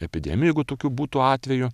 epidemijų jeigu tokių būtų atvejų